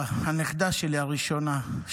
הנכדה הראשונה שלי,